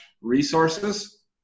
resources